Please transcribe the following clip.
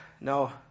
no